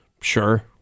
Sure